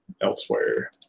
elsewhere